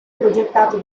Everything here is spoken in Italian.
progettato